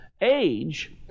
age